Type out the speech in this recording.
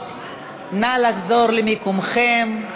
נא לחזור למקומכם.